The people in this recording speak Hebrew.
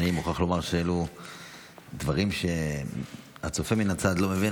אני מוכרח לומר שאלה דברים שהצופה מהצד לא מבין,